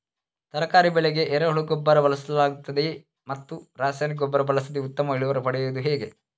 ತರಕಾರಿ ಬೆಳೆಗೆ ಎರೆಹುಳ ಗೊಬ್ಬರ ಬಳಸಲಾಗುತ್ತದೆಯೇ ಮತ್ತು ರಾಸಾಯನಿಕ ಗೊಬ್ಬರ ಬಳಸದೆ ಉತ್ತಮ ಇಳುವರಿ ಪಡೆಯುವುದು ಹೇಗೆ?